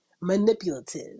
manipulative